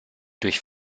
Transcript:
durch